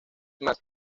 más